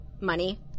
money